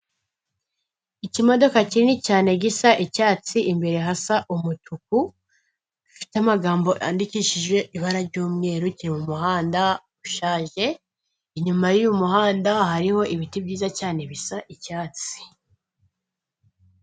Ikimodoka kinini cyane gisa icyatsi imbere hasa umutuku gifite amagambo yandikishije ibara ry'umweru kiri mu muhanda ushaje, inyuma y'umuhanda hariho ibiti byiza cyane bisa icyatsi.